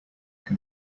can